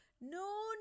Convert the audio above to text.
No